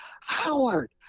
Howard